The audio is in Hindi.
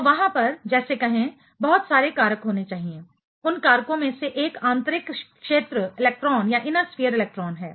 तो वहां पर जैसे कहें बहुत सारे कारक होने चाहिए उन कारकों में से एक आंतरिक क्षेत्र इलेक्ट्रॉन है